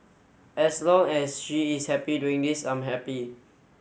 as long as she is happy doing this I'm happy